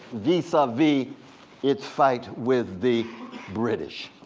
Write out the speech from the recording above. vis-a-vis its fight with the british.